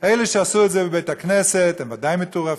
אלה שעשו את זה בבית-הכנסת הם ודאי מטורפים,